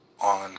on